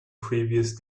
previous